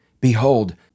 Behold